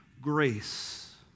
grace